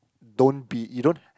don't be you don't